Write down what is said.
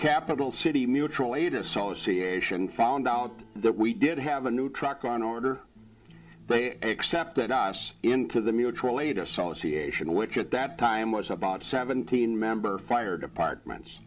capital city mutual aid association found out that we did have a new truck on order they accepted us into the mutual aid association which at that time was about seventeen member fire departments